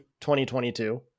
2022